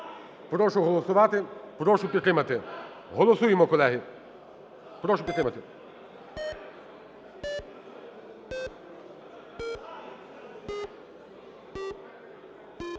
Прошу голосувати, прошу підтримати. Голосуємо, колеги. Прошу підтримати.